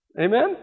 Amen